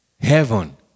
heaven